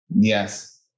yes